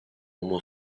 uomo